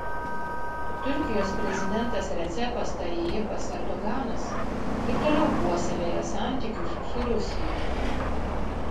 turkijos prezidentas recepas tayyipas erdoganas ir toliau puoselėja santykius su rusija